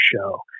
show